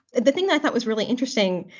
the thing i thought was really interesting,